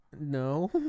No